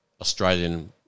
Australian